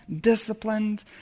disciplined